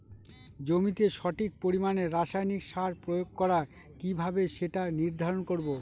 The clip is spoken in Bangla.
জমিতে সঠিক পরিমাণে রাসায়নিক সার প্রয়োগ করা কিভাবে সেটা নির্ধারণ করব?